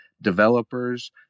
developers